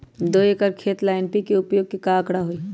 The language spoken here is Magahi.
दो एकर खेत ला एन.पी.के उपयोग के का आंकड़ा होई?